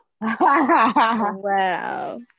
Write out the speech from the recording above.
wow